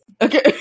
Okay